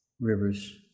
rivers